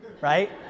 Right